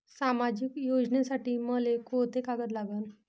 सामाजिक योजनेसाठी मले कोंते कागद लागन?